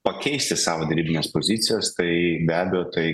pakeisti savo derybines pozicijas tai be abejo tai